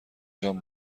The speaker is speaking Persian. جان